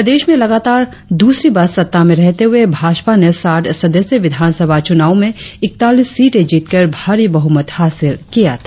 प्रदेश में लगातार द्रसरी बार सत्ता में रहते हुए भाजपा ने साठ सदस्यीय विधानसभा चुनाव में इक्तालीस सीटे जीतकर भारी बहुमत हासिल किया था